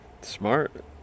Smart